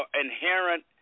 inherent